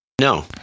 No